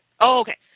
okay